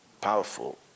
powerful